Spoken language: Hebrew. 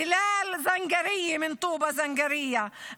בילאל זנגרייה מטובא-זנגרייה,